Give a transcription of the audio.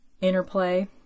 interplay